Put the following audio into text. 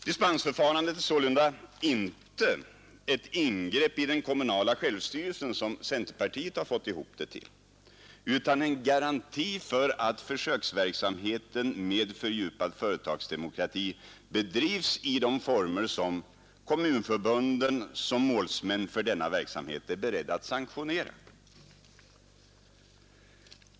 Dispensförfarandet är sålunda inte ett ingrepp i den kommunala självstyrelsen, som centerpartiet har fått ihop det till, utan en garanti för att försöksverksamheten med fördjupad företagsdemokrati bedrives i de former som kommunförbunden som målsmän för denna verksamhet är beredda att sanktionera.